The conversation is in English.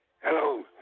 Hello